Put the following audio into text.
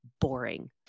boring